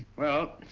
well